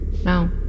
No